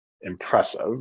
impressive